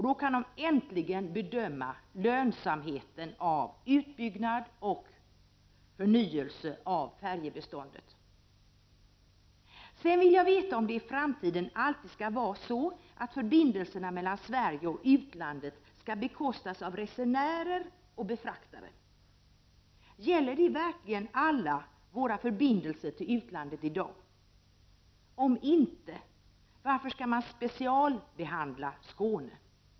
Då kan de äntligen bedöma lönsamheten av utbyggnad och förnyelse av färjebeståndet. Sedan vill jag veta om det i framtiden alltid skall vara så att förbindelserna mellan Sverige och utlandet skall bekostas av resenärer och fraktare. Gäller det verkligen alla våra förbindelser till utlandet i dag? Om inte, varför skall man specialbehandla Skåne?